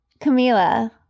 Camila